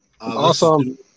Awesome